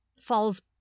falls